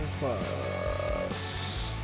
plus